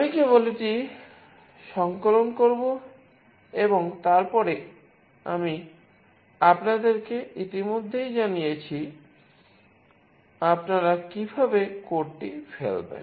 আমি কেবল এটি সংকলন করব এবং তারপরে আমি আপনাদের কে ইতিমধ্যে জানিয়েছিআপনারা কীভাবে কোডটি ফেলবেন